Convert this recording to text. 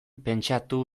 pentsatu